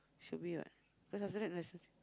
should be what cause after that lesson finish